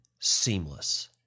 seamless